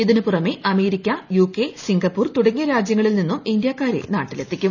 ഇതിനു പുറമേ America UK Singapore തുടങ്ങിയ രാജ്യങ്ങളിൽ നിന്നും ഇന്ത്യക്കാരെ നാട്ടിലെത്തിക്കും